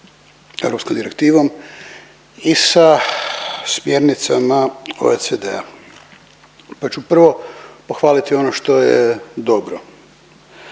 europskom direktivom i sa smjernicama OECD-a, pa ću prvo pohvaliti ono što je dobro,